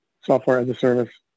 software-as-a-service